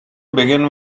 begin